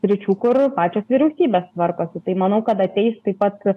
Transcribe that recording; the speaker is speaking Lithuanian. sričių kur pačios vyriausybės tvarkosi tai manau kad ateis taip pat